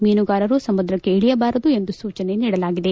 ಮೀನುಗಾರರು ಸಮುದ್ರಕ್ಕೆ ಇಳಿಯಬಾರದು ಎಂದು ಸೂಚನೆ ನೀಡಲಾಗಿದೆ